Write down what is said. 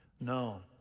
No